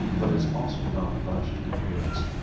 but is also found bunched in groups.